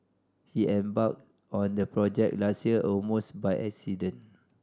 he embarked on the project last year almost by accident